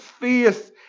faith